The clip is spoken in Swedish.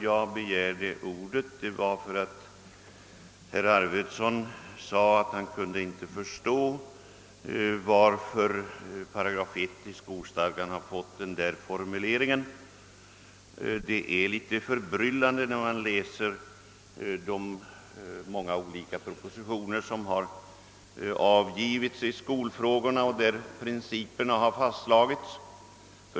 Jag begärde ordet därför att herr Arvidson sade att han inte kunde förstå varför § 1 i skollagen fått en sådan formulering. Man blir något förbryllad när man läser de många olika propositioner som har avgivits i skolfrågorna och där principerna har fastslagits.